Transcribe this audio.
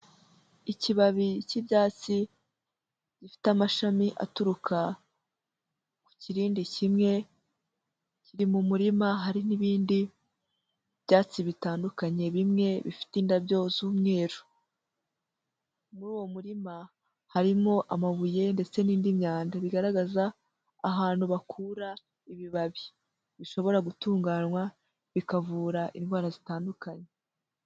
Ikibabi cy'ibyatsi, gifite amashami aturuka ku kirindi kimwe, kiri mu murima hari n'ibindi byatsi bitandukanye bimwe bifite indabyo z'umweru. Muri uwo murima harimo amabuye ndetse n'indi myanda, bigaragaza ahantu bakura ibibabi, bishobora gutunganywa bikavura indwara zitandukanye.